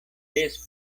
des